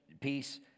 peace